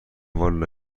والا